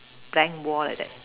blank wall like that